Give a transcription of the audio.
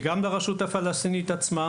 גם לרשות הפלסטינית עצמה